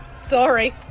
sorry